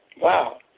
wow